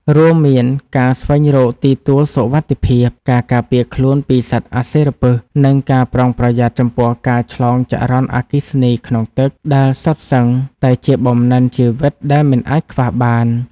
រួមមានការស្វែងរកទីទួលសុវត្ថិភាព ការការពារខ្លួនពីសត្វអាសិរពិស និងការប្រុងប្រយ័ត្នចំពោះការឆ្លងចរន្តអគ្គិសនីក្នុងទឹក ដែលសុទ្ធសឹងតែជាបំណិនជីវិតដែលមិនអាចខ្វះបាន។